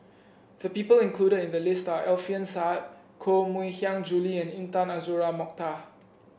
the people included in the list are Alfian Sa'at Koh Mui Hiang Julie and Intan Azura Mokhtar